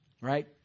Right